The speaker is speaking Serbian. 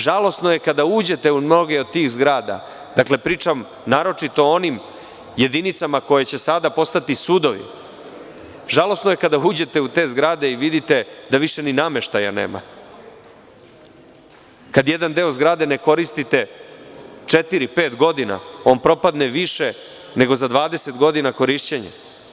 Žalosno je kada uđete u mnoge od tih zgrada, pričam naročito o onim jedinicama koje će sada postati sudovi, žalosno je kada uđete u te zgrade i vidite da više ni nameštaja nema, kada jedan deo zgrade ne koristite četiri-pet godina, on propadne više nego za 20 godina korišćenja.